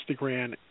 Instagram